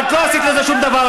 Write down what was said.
אבל לא עשית בזה שום דבר.